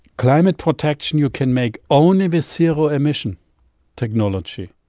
climate protection you can make only with zero-emission technology.